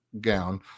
gown